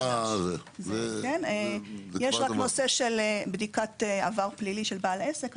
יש רק נושא של בדיקת עבר פלילי של בעל עסק.